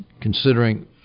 considering